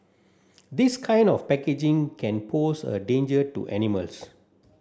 this kind of packaging can pose a danger to animals